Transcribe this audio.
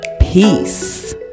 Peace